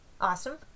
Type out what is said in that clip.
Awesome